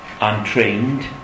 untrained